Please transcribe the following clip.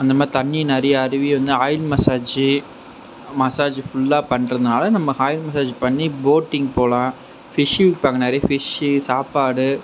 அந்த மாதிரி தண்ணி நிறையா அருவி வந்து ஆயில் மசாஜ் மசாஜ் ஃபுல்லாக பண்ணுறதுனால நம்ம ஆயில் மசாஜ் பண்ணி போட்டிங் போகலாம் ஃபிஷ் விற்பாங்க நிறைய ஃபிஷ் சாப்பாடு